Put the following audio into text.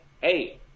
Hey